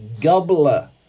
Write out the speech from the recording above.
gobbler